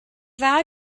dda